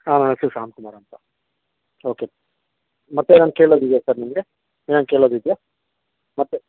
ಹಾಂ ನನ್ನ ಹೆಸರು ಶಾಂತ್ ಕುಮಾರ್ ಅಂತ ಓಕೆ ಮತ್ತೇನಾದರೂ ಕೇಳೋದಿದೆಯಾ ಸರ್ ನಿಮಗೆ ಏನಾದರೂ ಕೇಳೋದಿದೆಯಾ ಮತ್ತೆ